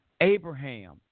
Abraham